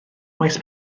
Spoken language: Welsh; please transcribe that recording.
maes